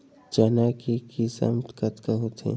चना के किसम कतका होथे?